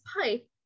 pipe